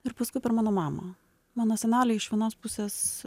ir paskui per mano mamą mano seneliai iš vienos pusės